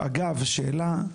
אגב, שאלה,